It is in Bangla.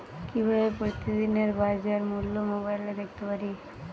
কিভাবে প্রতিদিনের বাজার মূল্য মোবাইলে দেখতে পারি?